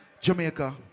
Jamaica